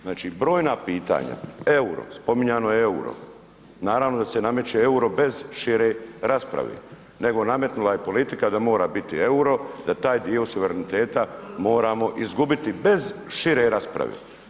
Znači brojna pitanja, euro, spominjano je euro, naravno da se nameće euro bez šire rasprave, nego nametnula je politika da mora biti euro da taj dio suvereniteta moramo izgubiti bez šire rasprave.